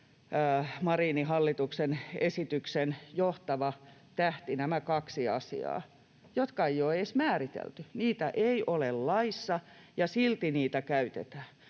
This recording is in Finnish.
Marinin hallituksen esityksen johtavia tähtiä — joita ei ole edes määritelty. Niitä ei ole laissa, ja silti niitä käytetään.